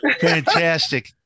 fantastic